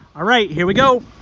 all right. here we go